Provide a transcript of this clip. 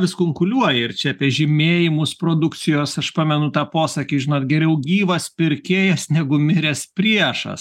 vis kunkuliuoja ir čia apie žymėjimus produkcijos aš pamenu tą posakį žinot geriau gyvas pirkėjas negu miręs priešas